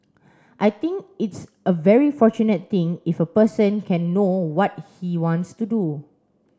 I think it's a very fortunate thing if a person can know what he wants to do